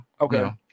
Okay